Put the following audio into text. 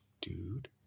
dude